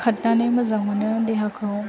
खारनानै मोजां मोनो देहाखौ